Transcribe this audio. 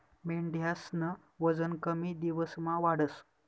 मेंढ्यास्नं वजन कमी दिवसमा वाढस